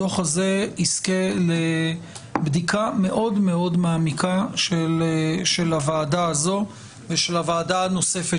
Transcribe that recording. הדוח הזה יזכה לבדיקה מאוד מאוד מעמיקה של הוועדה הזו ושל הוועדה הנוספת